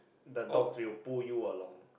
the dogs will pull you along